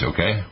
Okay